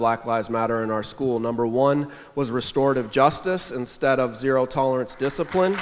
black lives matter in our school number one was restored of justice instead of zero tolerance discipline